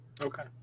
Okay